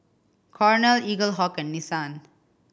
Cornell Eaglehawk and Nissan